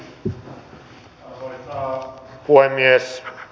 arvoisa puhemies